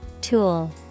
Tool